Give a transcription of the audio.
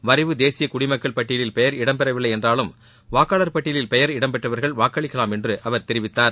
வரைவு தேசிய குடிமக்கள் பட்டியலில் பெயர் இடம்பெறவில்லை என்றாலும் வாக்காளர் பட்டியலில் பெயர் இடம் பெற்றவர்கள் வாக்களிக்கலாம் என அவர் தெரிவித்தார்